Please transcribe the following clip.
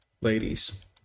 ladies